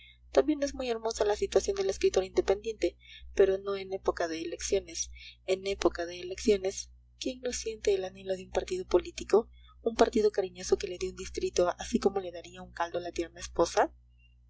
también es muy hermosa la situación del escritor independiente pero no en época de elecciones en época de elecciones quién no siente el anhelo de un partido político un partido cariñoso que le dé un distrito así como le daría un caldo la tierna esposa